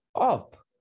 up